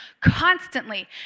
constantly